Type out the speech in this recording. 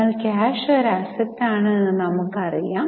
എന്നാൽ ക്യാഷ് ഒരു അസറ്റ് ആണ് എന്ന് നമുക്കറിയാം